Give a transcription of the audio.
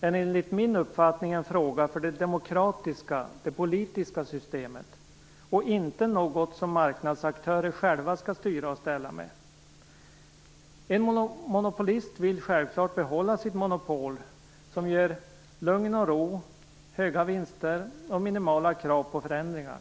är enligt min uppfattning en fråga för det demokratiska - det politiska - systemet och inte något som marknadsaktörer själva skall styra och ställa med. En monopolist vill självklart behålla sitt monopol, som ger lugn och ro, höga vinster och minimala krav på förändringar.